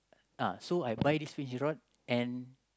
uh so I buy this fish rod and